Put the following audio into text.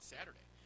Saturday